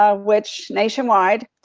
ah which nationwide,